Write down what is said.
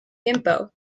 gimpo